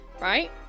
Right